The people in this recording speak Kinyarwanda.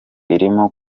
irimo